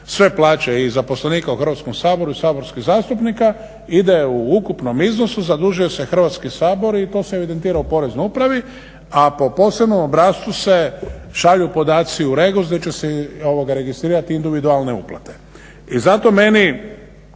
sve plaće i zaposlenika u Hrvatskom saboru, saborskih zastupnika ide u ukupnom iznosu, zadužuje se Hrvatski sabor i to se evidentira u Poreznoj upravi, a po posebnom obrascu se šalju podaci u REGOS gdje će se registrirat individualne uplate. I zato meni